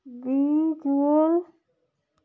visual